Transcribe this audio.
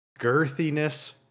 girthiness